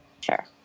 Sure